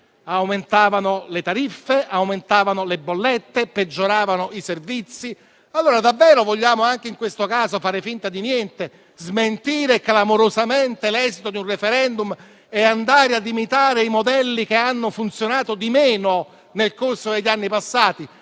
aumentavano le tariffe e le bollette, ma peggioravano i servizi. Vogliamo allora davvero, anche in questo caso, fare finta di niente, smentire clamorosamente l'esito di un referendum e imitare i modelli che hanno funzionato di meno nel corso degli anni passati?